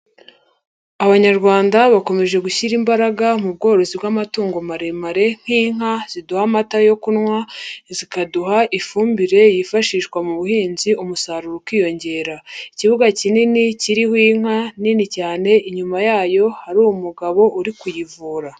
Abanyarwanda bakomeje gushyira imbaraga mu bworozi bw'amatungo maremare nk'inka ziduha amata yo kunywa, zikaduha ifumbire yifashishwa mu buhinzi, umusaruro ukiyongera. Ikibuga kinini, kiriho inka nini cyane, inyuma yayo hari umugabo uri kuyivura.